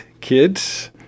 kids